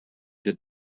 did